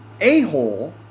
A-hole